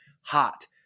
hot